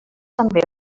també